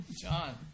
John